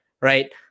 right